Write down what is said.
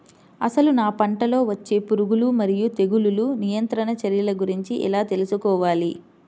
అసలు నా పంటలో వచ్చే పురుగులు మరియు తెగులుల నియంత్రణ చర్యల గురించి ఎలా తెలుసుకోవాలి?